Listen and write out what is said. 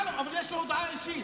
בסדר, אבל יש לו הודעה אישית.